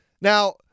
Now